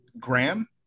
Graham